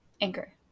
Anchor